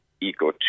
Eco